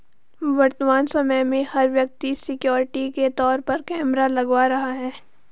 वर्तमान समय में, हर व्यक्ति सिक्योरिटी के तौर पर कैमरा लगवा रहा है